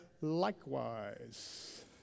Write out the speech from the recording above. likewise